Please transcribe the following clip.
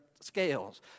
scales